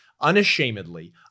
unashamedly